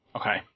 Okay